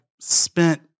spent